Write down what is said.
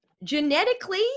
Genetically